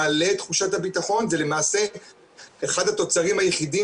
מעלה את תחושת הביטחון ולמעשה אחד התוצרים היחידים